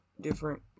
different